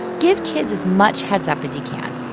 give kids as much heads-up as you can.